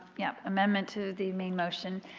yeah, amendment to the main motion.